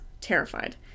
terrified